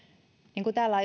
niin kuin täällä